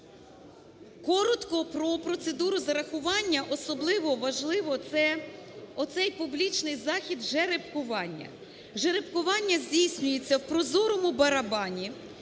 Коротко про процедуру зарахування. Особливо важливо цей публічний захід жеребкування. Жеребкування здійснюється в прозорому барабані,